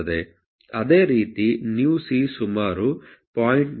ಅದೇ ರೀತಿ µc ಸುಮಾರು 0